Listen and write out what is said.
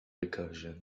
recursion